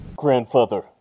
Grandfather